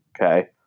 Okay